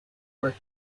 work